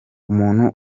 umuntu